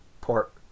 Port